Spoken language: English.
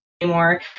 anymore